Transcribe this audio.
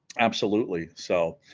absolutely so